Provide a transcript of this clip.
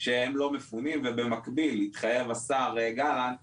שהם לא מפונים ובמקביל התחייב השר גלנט